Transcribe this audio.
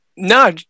No